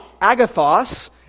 agathos